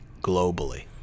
globally